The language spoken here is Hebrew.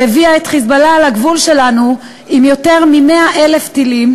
שהביאה את "חיזבאללה" לגבול שלנו עם יותר מ-100,000 טילים.